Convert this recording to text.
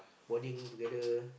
bonding together